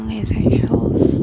essentials